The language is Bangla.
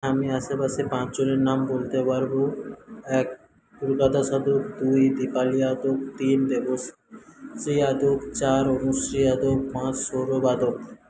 আমি আশেপাশের পাঁচ জনের নাম বলতে পারবো এক দুই দীপালি আদক তিন দেবশ্রী আদক চার অনুশ্রী আদক পাঁচ সৌরভ আদক